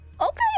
Okay